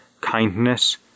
kindness